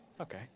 Okay